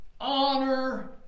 Honor